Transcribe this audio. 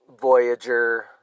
Voyager